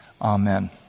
Amen